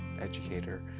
educator